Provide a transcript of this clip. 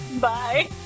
Bye